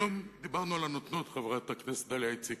היום דיברנו על "הנותנות", חברת הכנסת דליה איציק.